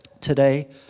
today